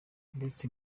ndetse